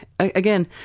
Again